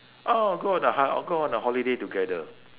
oh go on a ho~ uh go on a holiday together